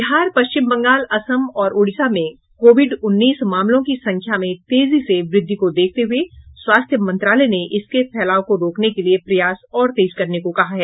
बिहार पश्चिम बंगाल असम और ओडिसा में कोविड उन्नीस मामलों की संख्या में तेजी से वृद्धि को देखते हुए स्वास्थ्य मंत्रालय ने इसके फैलाव को रोकने के लिए प्रयास और तेज करने को कहा है